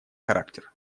характер